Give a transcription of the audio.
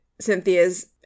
Cynthia's